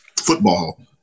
football